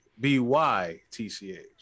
B-Y-T-C-H